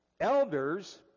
Elders